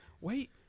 wait